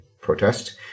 protest